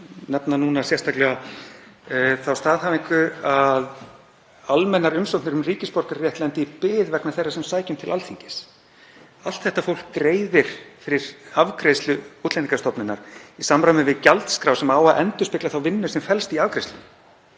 nefna sérstaklega þá staðhæfingu að almennar umsóknir um ríkisborgararétt lendi í bið vegna þeirra sem sækja um til Alþingis. Allt þetta fólk greiðir fyrir afgreiðslu Útlendingastofnunar í samræmi við gjaldskrá sem á að endurspegla þá vinnu sem felst í afgreiðslunni.